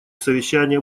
совещания